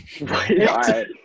right